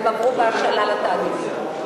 הם עברו בהשאלה לתאגידים.